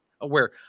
aware